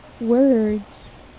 words